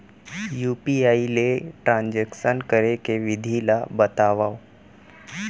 UPI ले transaction करे के विधि ला बतावव?